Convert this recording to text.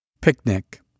Picnic